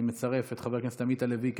אני מצרף את חבר הכנסת עמית הלוי כתומך,